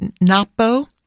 Napo